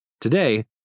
Today